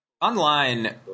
Online